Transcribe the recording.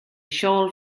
siôl